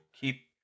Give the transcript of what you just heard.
keep